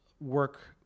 work